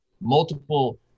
multiple